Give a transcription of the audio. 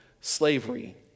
slavery